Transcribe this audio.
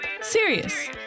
Serious